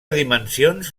dimensions